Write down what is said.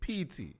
PT